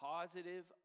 Positive